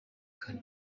kare